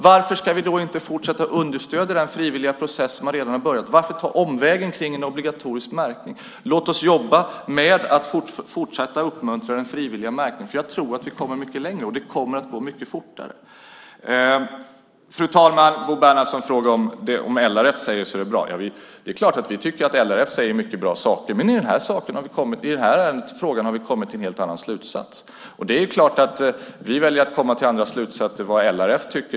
Varför ska vi inte fortsätta att understödja den frivilliga process som redan börjat? Varför ta omvägen via obligatorisk märkning? Låt oss jobba med att fortsätta att uppmuntra den frivilliga märkningen. Jag tror nämligen att vi då kommer mycket längre och det kommer att gå mycket fortare. Fru talman! Bo Bernhardsson frågade om det inte var bra eftersom LRF tycker det. Det är klart att vi tycker att LRF säger många bra saker, men i den här frågan har vi kommit till en helt annan slutsats. Vi kan komma till andra slutsatser än LRF.